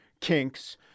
kinks